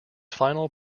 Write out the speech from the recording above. final